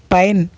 pine